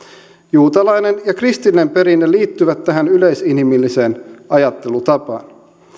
juutalainen ja kristillinen perinne liittyvät tähän yleisinhimilliseen ajattelutapaan